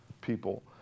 people